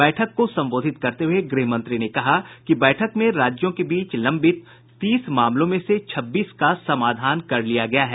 बैठक को संबोधित करते हुए गृहमंत्री ने कहा कि बैठक में राज्यों के बीच लंबित तीस मामलों में से छब्बीस का समाधान कर लिया गया है